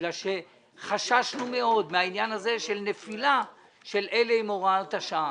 בגלל שחששנו מאוד מנפילה של אלה עם הוראת השעה,